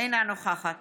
אינה נוכחת